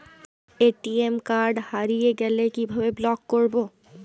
ATM card হারিয়ে গেলে কিভাবে ব্লক করবো?